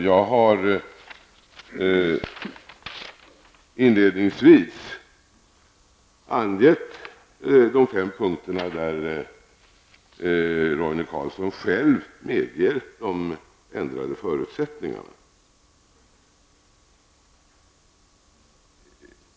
Jag har inledningsvis angett de fem punkter där Roine Carlsson själv medger att ändrade förutsättningar föreligger.